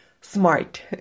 smart